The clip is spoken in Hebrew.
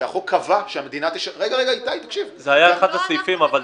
עוזי, אתה